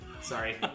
sorry